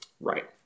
Right